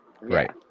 right